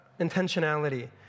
intentionality